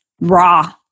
raw